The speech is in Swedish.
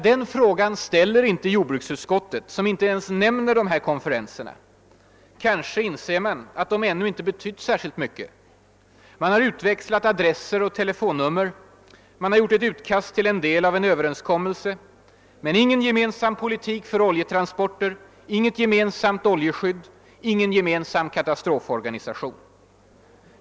Den frågan ställer inte jordbruksutskottet, som inte ens nämner de här konferenserna. Kanske inser man att de ännu inte har betytt särskilt mycket. Man har utväxlat adresser och telefonnummer, gjort ett utkast till en del av en överenskommelse — men ingen gemensam politik för oljetransporter, inget gemensamt oljeskydd, ingen gemensam katastroforganisation.